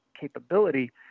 capability